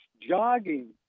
jogging